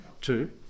Two